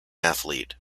athlete